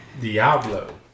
Diablo